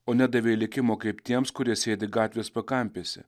o nedavė likimo kaip tiems kurie sėdi gatvės pakampėse